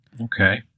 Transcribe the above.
okay